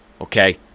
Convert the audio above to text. Okay